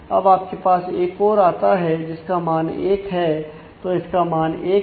अब आपके पास एक और आता है जिसका मान एक है तो इसका मान एक है